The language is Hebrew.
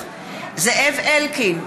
זאב אלקין,